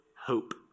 hope